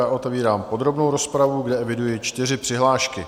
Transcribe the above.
Otevírám podrobnou rozpravu, kde eviduji čtyři přihlášky.